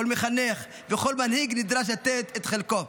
כל מחנך וכל מנהיג נדרש לתת את חלקו,